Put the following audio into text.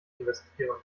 investieren